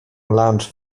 lunch